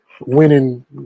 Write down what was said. winning